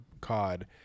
COD